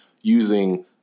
using